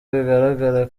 bigaragara